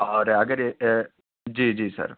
اور اگر جی جی سر